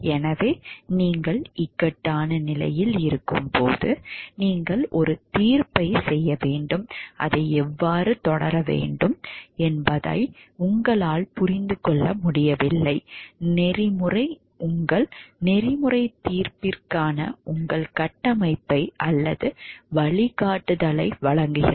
எனவே நீங்கள் இக்கட்டான நிலையில் இருக்கும்போது நீங்கள் ஒரு தீர்ப்பைச் செய்ய வேண்டும் அதை எவ்வாறு தொடர வேண்டும் என்பதை உங்களால் புரிந்து கொள்ள முடியவில்லை நெறிமுறை நெறிமுறை உங்கள் நெறிமுறைத் தீர்ப்பிற்கான உங்கள் கட்டமைப்பை அல்லது வழிகாட்டுதலை வழங்குகிறது